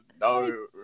no